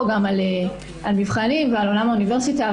גם על מבחנים ועל עולם האוניברסיטה.